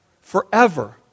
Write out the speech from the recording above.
Forever